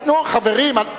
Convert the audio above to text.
חברים, חברים,